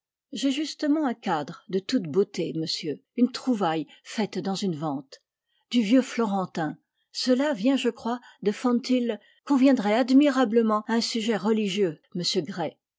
j'ai justement un cadre de toute beauté monsieur une trouvaille faite dans une vente du vieux florentin gela vient je crois de fonthill conviendrait admirablement à un sujet religieux monsieur gray